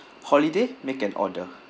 holiday make an order